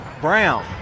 Brown